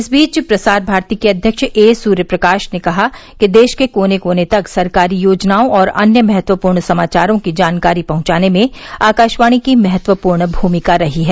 इस बीच प्रसार भारती के अध्यक्ष ए सूर्यप्रकाश ने कहा है कि देश के कोने कोने तक सरकारी योजनाओं और अन्य महत्वपूर्ण समाचारों की जानकारी पहुंचाने में आकाशवाणी की महत्वपूर्ण मूमिका रही है